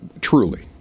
truly